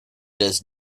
does